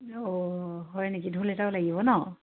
অঁ হয় নেকি ঢোল এটাও লাগিব ন